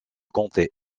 comté